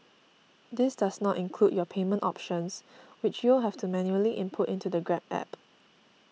this does not include your payment options which you'll have to manually input into the Grab App